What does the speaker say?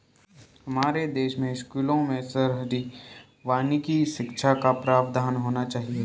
हमारे देश के स्कूलों में शहरी वानिकी शिक्षा का प्रावधान होना चाहिए